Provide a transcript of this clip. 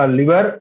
liver